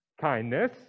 kindness